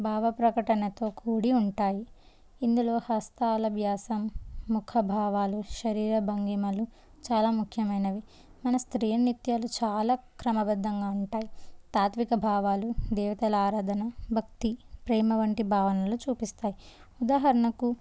భావప్రకటనతో కూడి ఉంటాయి ఇందులో హస్తాల అభ్యాసం ముఖ భావాలు శరీర భంగిమలు చాలా ముఖ్యమైనవి మన స్వీయ నిత్యాలు చాలా క్రమబద్ధంగా ఉంటాయి తాత్విక భావాలు దేవతల ఆరాధన భక్తి ప్రేమ వంటి భావనలు చూపిస్తాయి ఉదాహరణకు